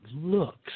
looks